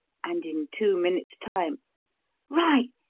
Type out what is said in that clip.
and in two minutes' time right!